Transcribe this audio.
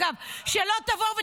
אגב, שלא תבואו ותגידו,